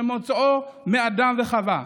שמוצאו מאדם וחווה,